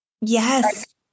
Yes